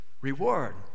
reward